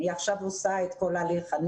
אני עכשיו עושה את כל הלמידה.